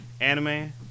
anime